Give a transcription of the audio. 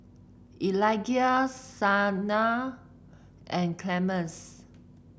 Eligah Sumner and Clemence